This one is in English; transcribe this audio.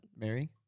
Mary